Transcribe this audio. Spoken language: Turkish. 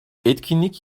etkinlik